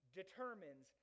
determines